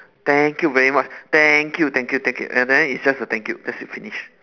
thank you very much thank you thank you thank you and then it's just a thank you that's it finish